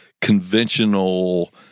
conventional